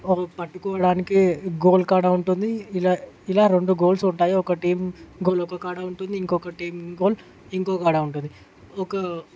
ఒక పట్టుకోడానికి గోల్కాడ ఉంటుంది ఇలా ఇలా రెండు గోల్స్ ఉంటాయి ఒక టీమ్ గోల్ ఒకకాడ ఉంటుంది ఇంకో గోల్ టీమ్ ఇంకోకాడ ఉంటుంది ఒక